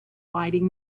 lighting